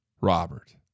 Robert